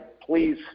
please